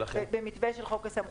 במתווה של חוק הסמכויות.